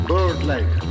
Bird-like